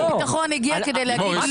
הביטחון הגיע כדי להגיד לא על כל דבר.